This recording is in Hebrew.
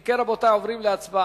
אם כן, רבותי, עוברים להצבעה.